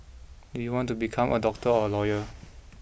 do you want to become a doctor or a lawyer